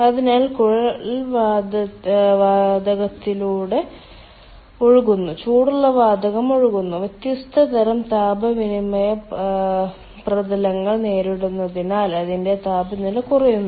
അതിനാൽ കുഴൽ വാതകത്തിലൂടെ ഒഴുകുന്നു ചൂടുള്ള വാതകം ഒഴുകുന്നു വ്യത്യസ്ത തരം താപ വിനിമയ പ്രതലങ്ങൾ നേരിടുന്നതിനാൽ അതിന്റെ താപനില കുറയുന്നു